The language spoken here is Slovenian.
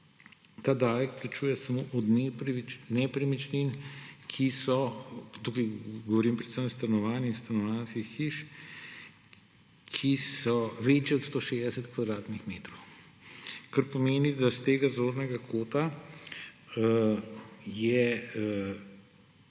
ta davek plačuje samo od nepremičnin – pa tukaj govorim predvsem o stanovanjih in stanovanjskih hišah –, ki so večje od 160 kvadratnih metrov. Kar pomeni s tega zornega kota,